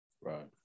right